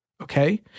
Okay